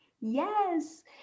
Yes